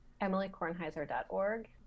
EmilyKornheiser.org